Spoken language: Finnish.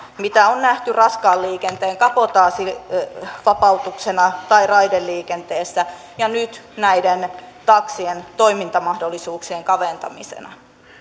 mitä on nähty raskaan liikenteen kabotaasivapautuksena tai raideliikenteessä ja nyt taksien toimintamahdollisuuksien kaventamisena